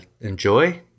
enjoy